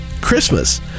Christmas